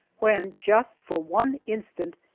when, just for one instant,